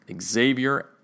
Xavier